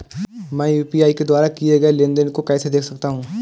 मैं यू.पी.आई के द्वारा किए गए लेनदेन को कैसे देख सकता हूं?